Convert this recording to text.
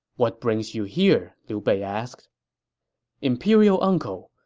what brings you here? liu bei asked imperial uncle,